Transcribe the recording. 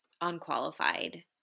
unqualified